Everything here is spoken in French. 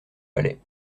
palais